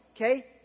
okay